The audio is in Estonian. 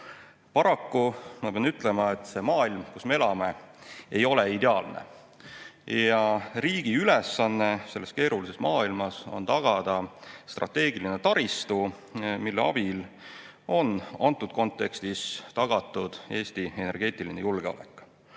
Paraku ma pean ütlema, et see maailm, kus me elame, ei ole ideaalne. Ja riigi ülesanne selles keerulises maailmas on tagada strateegiline taristu, mille abil on selles kontekstis tagatud Eesti energeetiline julgeolek.